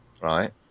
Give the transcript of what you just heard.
right